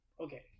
Okay